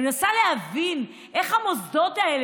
אני מנסה להבין איך המוסדות האלה,